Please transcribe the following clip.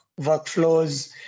workflows